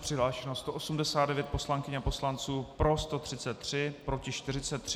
Přihlášeno 189 poslankyň a poslanců, pro 133, proti 43.